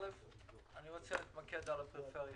ראשית, אני רוצה להתמקד בפריפריה